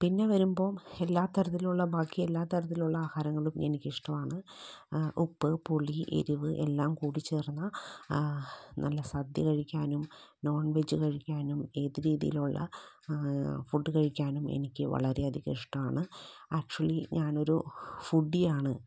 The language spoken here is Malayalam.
പിന്നെ വരുമ്പോൾ എല്ലാത്തരത്തിലുള്ള ബാക്കി എല്ലാത്തരത്തിലുള്ള ആഹാരങ്ങളും എനിക്ക് ഇഷ്ടമാണ് ഉപ്പ് പുളി എരിവ് എല്ലാം കൂടിച്ചേർന്ന നല്ല സദ്യ കഴിക്കാനും നോൺവെജ് കഴിക്കാനും ഏത് രീതിയിലുള്ള ഫുഡ് കഴിക്കാനും എനിക്ക് വളരെ അധികം ഇഷ്ടമാണ് ആക്ചുലി ഞാനൊരു ഫുഡിയാണ്